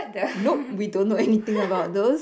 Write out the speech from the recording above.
nope we don't know anything about those